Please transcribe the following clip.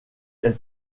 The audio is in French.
elle